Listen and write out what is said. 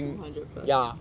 two hundred plus